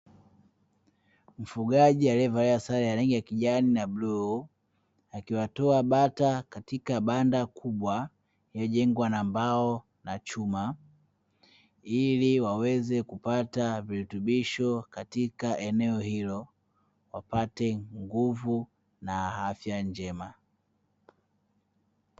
Mfugaji aliyevalia sare ya rangi ya kijani na bluu, akiwatoa bata katika banda kubwa lililojengwa na mbao na chuma, ili waweze kupata virutubisho katika eneo hilo, wapate nguvu na afya njema.